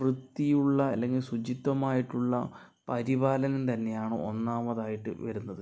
വൃത്തിയുള്ള അല്ലെങ്കിൽ ശുചിത്വമായിട്ടുള്ള പരിപാലനം തന്നെയാണ് ഒന്നാമതായിട്ട് വരുന്നത്